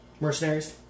Mercenaries